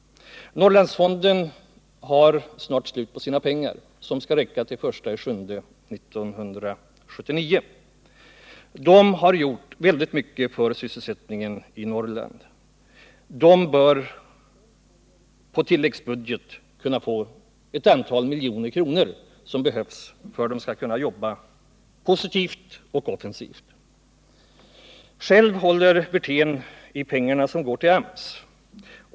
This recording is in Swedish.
Norrlandsfonden har snart slut på sina pengar, som skulle räcka till den 1 juli 1979. Dessa pengar har gjort mycket för sysselsättningen i Norrland. Fonden bör på tilläggsbudget få et antal miljoner kronor för att kunna jobba positivt och offensivt. Själv håller Rolf Wirtén i de pengar som går till AMS.